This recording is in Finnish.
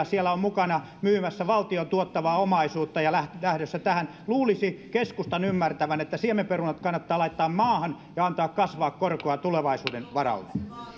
siellä on mukana myymässä valtion tuottavaa omaisuutta ja lähdössä tähän luulisi keskustan ymmärtävän että siemenperunat kannattaa laittaa maahan ja antaa kasvaa korkoa tulevaisuuden varalle